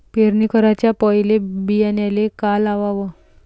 पेरणी कराच्या पयले बियान्याले का लावाव?